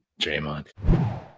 Draymond